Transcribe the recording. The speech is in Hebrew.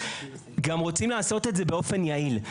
גם רוצים לעשות את זה באופן יעיל.